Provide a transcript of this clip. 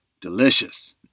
Delicious